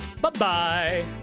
Bye-bye